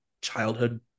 childhood